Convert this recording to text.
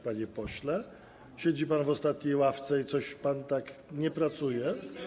Panie pośle, siedzi pan w ostatniej ławce i coś pan nie pracuje.